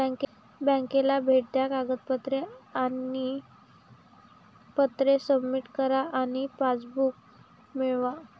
बँकेला भेट द्या कागदपत्रे आणि पत्रे सबमिट करा आणि पासबुक मिळवा